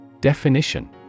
Definition